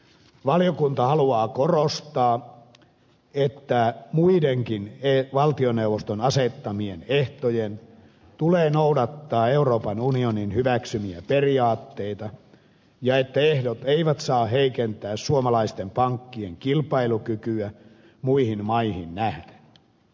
valiokunta haluaa korostaa että muidenkin valtioneuvoston asettamien ehtojen tulee noudattaa euroopan unionin hyväksymiä periaatteita ja että ehdot eivät saa heikentää suomalaisten pankkien kilpailukykyä muihin maihin nähden